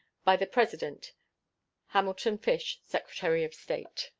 by the president hamilton fish, secretary of state.